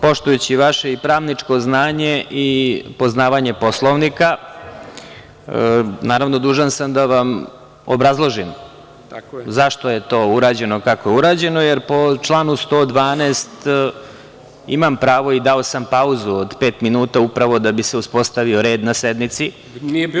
Poštujući vaše i pravničko znanje i poznavanje Poslovnika, dužan sam da vam obrazložim zašto je to urađeno kako je urađeno, jer po članu 112. imam pravo i dao sam pauzu od pet minuta, upravo da bi se uspostavio red na sednici… (Nemanja Šarović: Nije bilo nereda.